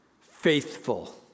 faithful